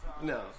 no